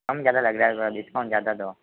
कम ज़्यादा लग रहा है थोड़ा डिस्काउंट ज़्यादा दो